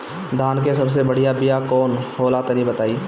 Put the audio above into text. धान के सबसे बढ़िया बिया कौन हो ला तनि बाताई?